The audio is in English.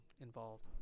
involved